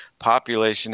Population